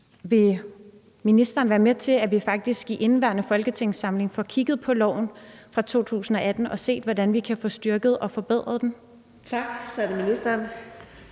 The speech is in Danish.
Vil ministeren være med til at sørge for, at vi faktisk i indeværende folketingssamling får kigget på loven fra 2018 og set, hvordan vi kan få styrket og forbedret den? Kl. 13:58 Fjerde